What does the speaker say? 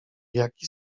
jaki